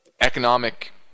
economic